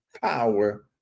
power